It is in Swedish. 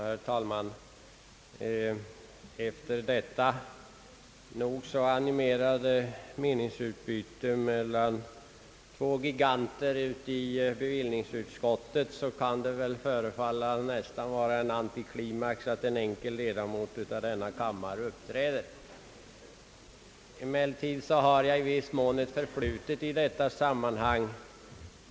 Herr talman! Efter detta nog så animerade meningsutbyte mellan två giganter i bevillningsutskottet kan det väl förefalla nästan som en antiklimax att en enkel ledamot av denna kammare uppträder. Emellertid har jag i viss mån ett förflutet i detta sammanhang.